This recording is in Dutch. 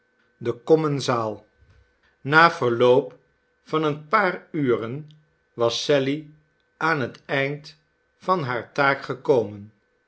de commensaal na verloop van een paar uren was sally aan het eind van hare taak gekomen